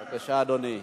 בבקשה, אדוני.